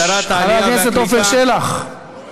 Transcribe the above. שרת העלייה והקליטה.